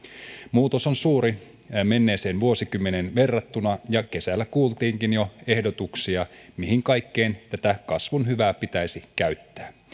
muutos on suuri menneeseen vuosikymmeneen verrattuna ja kesällä kuultiinkin jo ehdotuksia mihin kaikkeen tätä kasvun hyvää pitäisi käyttää